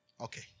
Okay